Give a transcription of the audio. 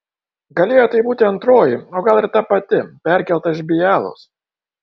galėjo tai būti antroji o gal ir ta pati perkelta iš bialos